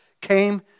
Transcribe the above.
came